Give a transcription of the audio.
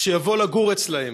שיבוא לגור אצלם,